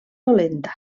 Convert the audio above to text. dolenta